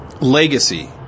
legacy